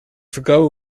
verkouden